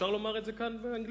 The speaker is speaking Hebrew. אפשר לומר את זה כאן באנגלית?